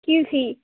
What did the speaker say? kiwi